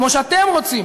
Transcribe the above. כמו שאתם רוצים,